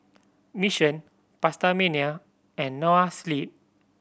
Mission PastaMania and Noa Sleep